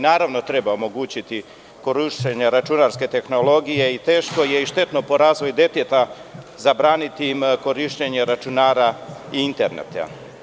Naravno da deci treba omogućiti korišćenje računarske tehnologije i teško je i štetno po razvoj deteta zabraniti mu korišćenje računara i interneta.